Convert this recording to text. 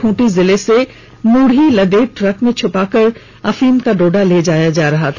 खूंटी जिले से मुढ़ी लदे ट्रक में छपा कर अफीम का डोडा ले जाया जा रहा था